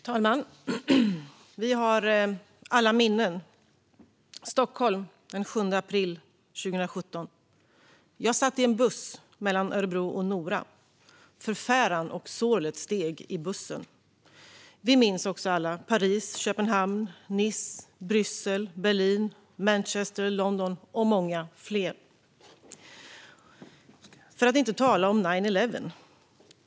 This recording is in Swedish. Fru talman! Vi har alla minnen. Stockholm den 7 april 2017. Jag satt i en buss mellan Örebro och Nora. Förfäran och sorlet steg i bussen. Alla minns vi också Paris, Köpenhamn, Nice, Bryssel, Berlin, Manchester, London och många fler. För att inte tala om "nine eleven".